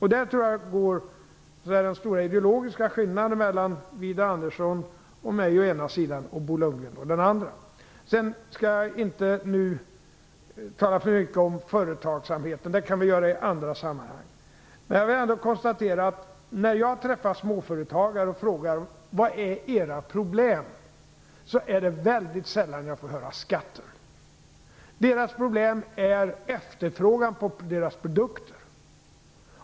Här tror jag att den ideologiska skillnaden går mellan Widar Andersson och mig å ena sidan och Bo Lundgren å den andra. Jag skall inte nu tala för mycket om företagsamheten. Det kan vi diskutera i andra sammanhang. Men jag vill ändå konstatera att när jag träffar småföretagare och frågar vad som är deras problem, får jag väldigt sällan höra att det är skatterna. Deras problem är efterfrågan på deras produkter.